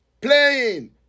playing